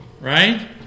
Right